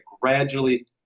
gradually